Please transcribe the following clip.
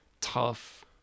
tough